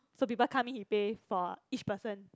so people come in he pay for each person